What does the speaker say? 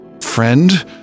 friend